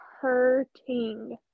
hurting